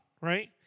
right